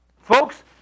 Folks